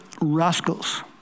rascals